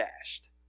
dashed